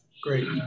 Great